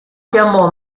chiamò